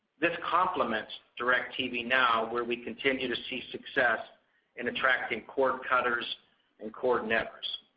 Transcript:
this complements directv now, where we continue to see success in attracting cord cutters and cord nevers.